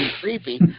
creepy